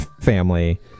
family